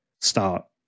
start